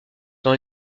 dans